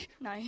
No